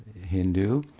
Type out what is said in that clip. Hindu